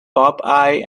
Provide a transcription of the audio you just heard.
popeye